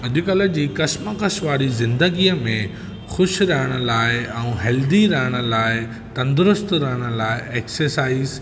अॾुकल्ह जी कशमक़श वारी ज़िंदगीअ में ख़ुशि रहण लाइ ऐं हैलदी रहण लाइ तंदरुस्तु रहण लाइ ऐक्सरसाइज़